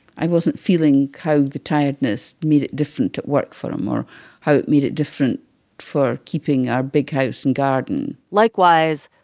i wasn't feeling how the tiredness made it different at work for him or how it made it different for keeping our big house and garden likewise,